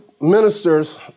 ministers